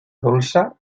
dolça